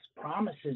promises